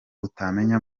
utamenye